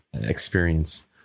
experience